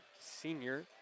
senior